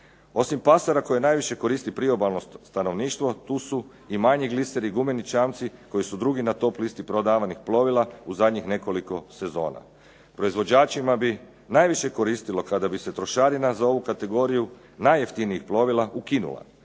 Osim pasara koje najviše koristi priobalno stanovništvo tu su i manji gliseri gumeni čamci koji su drugi na top listi prodavanih plovila u zadnjih nekoliko sezona. Proizvođačima bi najviše koristilo kada bi se trošarina za ovu kategoriju najjeftinijih plovila ukinula